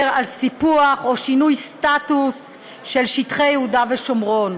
על סיפוח או שינוי סטטוס של שטחי יהודה ושומרון,